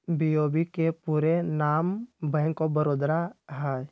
BOB के पूरे नाम बैंक ऑफ बड़ौदा हइ